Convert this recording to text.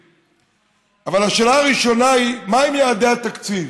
אבל השאלה הראשונה היא מהם יעדי התקציב.